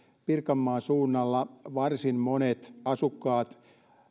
pirkanmaan suunnalla varsin monet asukkaat